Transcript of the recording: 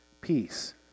peace